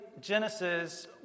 Genesis